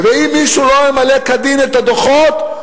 ואם מישהו לא ממלא כדין את הדוחות,